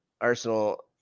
arsenal